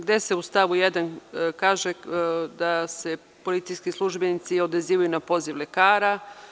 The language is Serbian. Gde se u stavu 1. kaže da se policijski službenici odazivaju na poziv lekara.